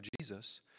Jesus